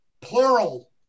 plural